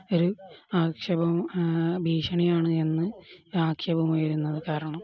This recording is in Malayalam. ഒരു ആക്ഷേപം ഭീഷണിയാണ് എന്ന് ആക്ഷേപം ഉയരുന്നത് കാരണം